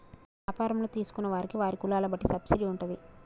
వ్యాపారంలో తీసుకున్న వారికి వారి కులాల బట్టి సబ్సిడీ ఉంటాది